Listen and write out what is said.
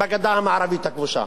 בגדה המערבית הכבושה.